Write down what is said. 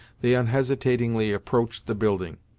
they unhesitatingly approached the building.